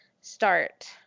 start